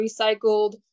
recycled